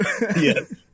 Yes